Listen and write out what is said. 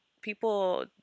people